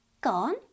Gone